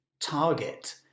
Target